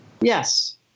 yes